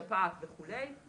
שפעת וכולי,